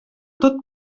tot